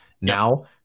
Now